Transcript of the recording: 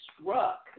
struck